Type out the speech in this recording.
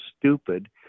stupid